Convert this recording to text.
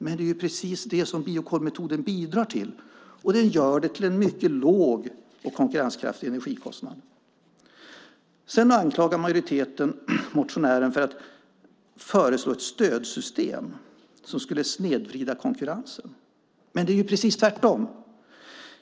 Men det är ju precis det som biokolmetoden bidrar till, och den gör det till en mycket låg och konkurrenskraftig energikostnad. Sedan anklagar majoriteten motionären för att föreslå ett stödsystem som skulle snedvrida konkurrensen. Men det är ju precis tvärtom!